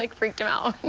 like freaked him out.